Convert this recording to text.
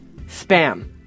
spam